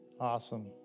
Awesome